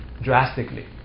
drastically